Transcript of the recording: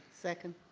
second.